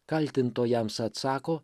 kaltintojams atsako